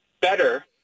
better